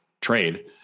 trade